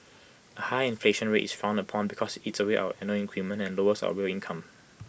A high inflation rate is frowned upon because IT eats away our annual increment and lowers our real income